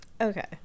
okay